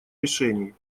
решений